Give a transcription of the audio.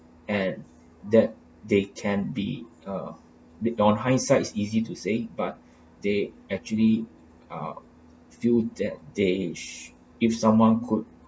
and that they can be a bit on hindsight it's easy to say but they actually uh feel that they sh~ if someone could